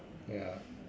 ya